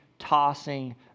tossing